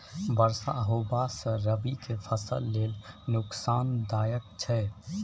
बरसा होबा से रबी के लेल नुकसानदायक छैय?